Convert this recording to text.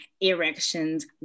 erections